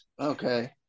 Okay